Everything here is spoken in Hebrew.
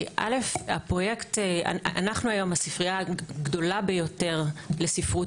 אנחנו היום הספרייה הגדולה ביותר לספרות